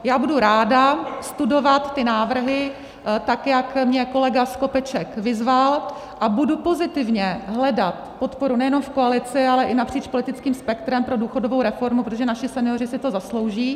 Já budu ráda studovat ty návrhy, tak jak mě kolega Skopeček vyzval, a budu pozitivně hledat podporu nejenom v koalici, ale i napříč politickým spektrem pro důchodovou reformu, protože naši senioři si to zaslouží.